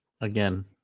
again